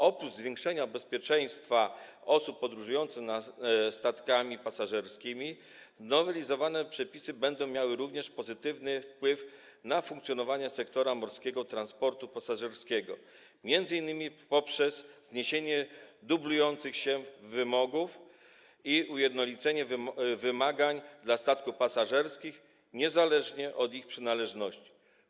Oprócz zwiększenia bezpieczeństwa osób podróżujących statkami pasażerskimi, nowelizowane przepisy będą miały również pozytywny wpływ na funkcjonowanie sektora morskiego transportu pasażerskiego, m.in. poprzez zniesienie dublujących się wymogów i ujednolicenie wymagań dla statków pasażerskich niezależnie od ich przynależności.